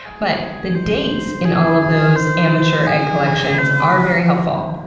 but, the dates in all of those amateur egg collections are very helpful.